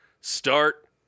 start